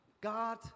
God